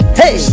hey